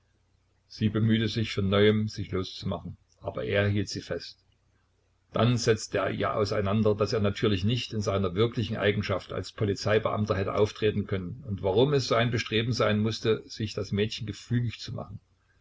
sie bemühte sich von neuem sich loszumachen aber er hielt sie fest dann setzte er ihr auseinander daß er natürlich nicht in seiner wirklichen eigenschaft als polizeibeamter hätte auftreten können und warum es sein bestreben sein mußte sich das mädchen gefügig zu machen